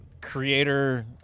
creator